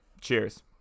Cheers